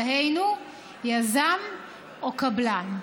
דהיינו יזם או קבלן.